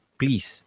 please